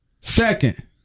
Second